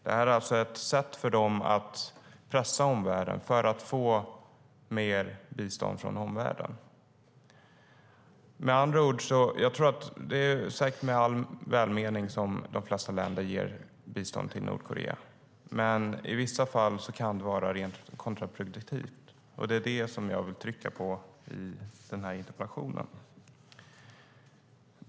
Det här är alltså ett sätt för dem att pressa omvärlden så att de får mer bistånd. Det är säkert i all välmening som de flesta länder ger bistånd till Nordkorea, men i vissa fall kan det vara rent kontraproduktivt, och det är det som jag vill trycka på i den här interpellationen.